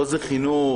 פה זה חינוך,